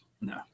no